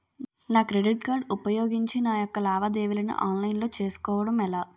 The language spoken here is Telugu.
నా క్రెడిట్ కార్డ్ ఉపయోగించి నా యెక్క లావాదేవీలను ఆన్లైన్ లో చేసుకోవడం ఎలా?